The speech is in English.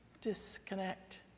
disconnect